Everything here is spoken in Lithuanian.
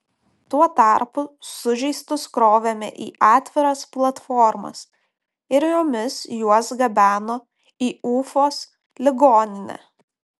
tuo tarpu sužeistus krovėme į atviras platformas ir jomis juos gabeno į ufos ligoninę